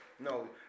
No